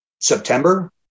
September